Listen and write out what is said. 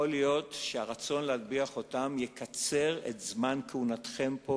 יכול להיות שהרצון להטביע חותם יקצר את זמן כהונתכם פה,